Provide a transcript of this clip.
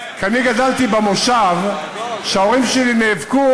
כי אני גדלתי במושב שבו ההורים שלי נאבקו